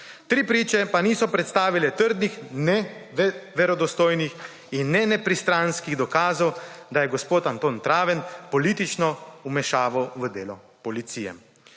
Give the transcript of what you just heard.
Tri priče pa niso predstavile trdnih, verodostojnih in nepristranskih dokazov, da se je gospod Anton Travner politično vmešaval v delo policije.